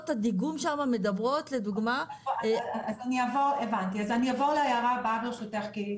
אז אעבור להערה הבאה, ברשותך.